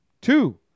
Two